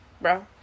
bro